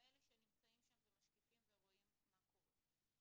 ככאלה שנמצאים שם, משקיפים ורואים מה קורה.